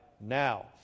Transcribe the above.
now